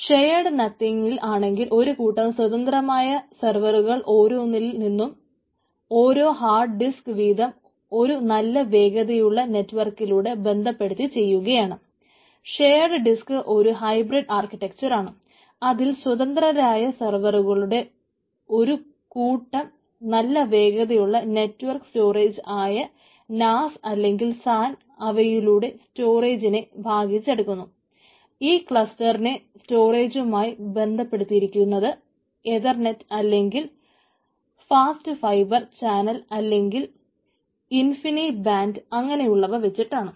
shared നത്തിങ്ങിൽ ആണെങ്കിൽ ഒരു കൂട്ടം സ്വതന്ത്രമായ സർവറുകൾ ഒരോന്നിൽ നിന്നും ഓരോ ഹാർഡ് ഡിസ്ക് അങ്ങനെയുള്ളവ വച്ചിട്ടാണ്